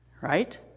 Right